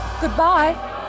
Goodbye